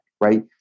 right